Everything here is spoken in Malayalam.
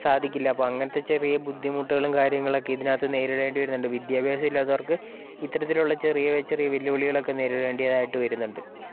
സാധിക്കില്ല അപ്പോൾ അങ്ങനത്തെ ചെറിയ ബുദ്ധിമുട്ടുകളും കാര്യങ്ങളൊക്കെ ഇതിനകത്ത് നേരിടേണ്ടി വരുന്നുണ്ട് വിദ്യാഭ്യാസം ഇല്ലാത്തവർക്ക് ഇത്തരത്തിലുള്ള ചെറിയ ചെറിയ വെല്ലുവിളികളൊക്കെ നേരിടേണ്ടതായിട്ട് വരുന്നുണ്ട്